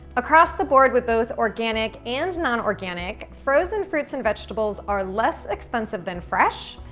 across the board with both organic and non-organic, frozen fruits and vegetables are less expensive than fresh,